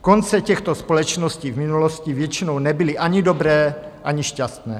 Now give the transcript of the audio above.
Konce těchto společností v minulosti většinou nebyly ani dobré, ani šťastné.